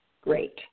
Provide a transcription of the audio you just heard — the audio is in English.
great